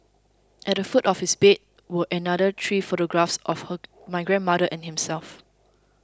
at the foot of his bed were another three photographs of my grandmother and himself